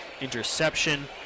interception